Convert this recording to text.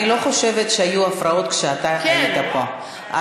אני לא חושבת שהיו הפרעות כשאתה היית פה.